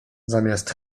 zamiast